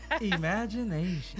imagination